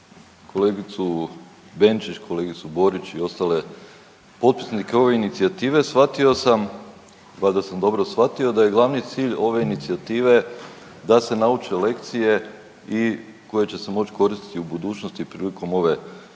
kolegicu Benčić, kolegicu Borić i ostale potpisnike ove inicijative shvatio sam, valjda sam dobro shvatio da je glavni cilj ove inicijative da se nauče lekcije i koje će se moći koristiti u budućnosti prilikom ove obnove.